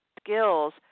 skills